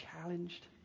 challenged